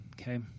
okay